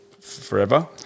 forever